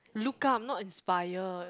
look up not inspire